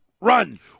Run